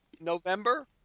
November